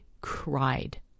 cried